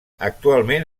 actualment